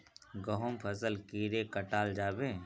गहुम फसल कीड़े कटाल जाबे?